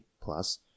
plus